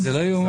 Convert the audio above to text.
גם זאת הסתה.